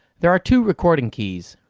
there are two recording keys,